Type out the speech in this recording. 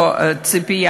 או ציפייה,